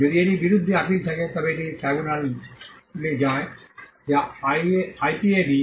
যদি এটির বিরুদ্ধে আপিল থাকে তবে এটি ট্রাইব্যুনালে যায় যা আইপিএবি